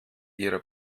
ihre